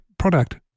product